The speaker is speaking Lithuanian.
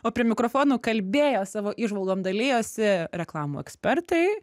o prie mikrofono kalbėjo savo įžvalgom dalijosi reklamų ekspertai